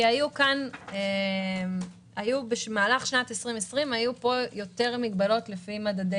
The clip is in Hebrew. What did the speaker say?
כי במהלך שנת 2020 היו פה יותר מגבלות לפי מדדי